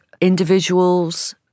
individuals